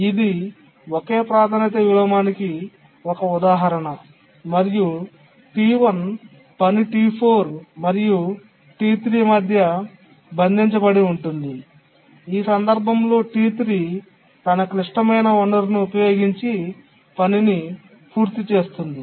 ఇది ఒకే ప్రాధాన్యత విలోమానికి ఒక ఉదాహరణ మరియు T1 పని T4 మరియు T3 మధ్య బంధించబడి ఉంటుంది ఈ సందర్భంలో T3 తన క్లిష్టమైన వనరును ఉపయోగించి పనిని పూర్తి చేస్తుంది